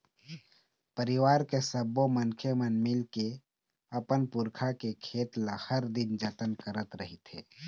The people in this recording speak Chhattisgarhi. परिवार के सब्बो मनखे मन मिलके के अपन पुरखा के खेत ल हर दिन जतन करत रहिथे